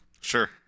Sure